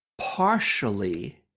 partially